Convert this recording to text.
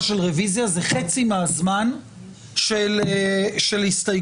של רוויזיה זה חצי מהזמן של הסתייגות.